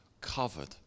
Covered